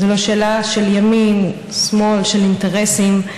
זו לא שאלה של ימין, שמאל, של אינטרסים,